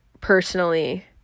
personally